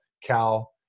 Cal